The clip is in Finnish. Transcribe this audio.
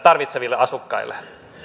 tarvitsevilla asukkailla